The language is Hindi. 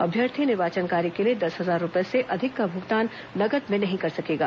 अभ्यर्थी निर्वाचन कार्य के लिए दस हजार रूपए से अधिक का भुगतान नकद में नहीं कर सकेगा